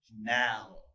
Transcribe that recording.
now